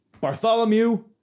Bartholomew